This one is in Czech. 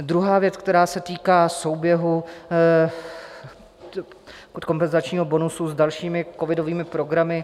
Druhá věc, která se týká souběhu kompenzačního bonusu s dalšími covidovými programy.